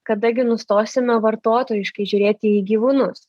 kada gi nustosime vartotojiškai žiūrėti į gyvūnus